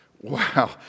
Wow